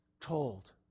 told